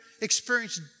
experienced